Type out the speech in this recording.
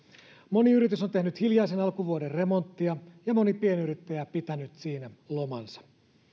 moni yritys on tehnyt hiljaisen alkuvuoden remonttia ja moni pienyrittäjä pitänyt siinä lomansa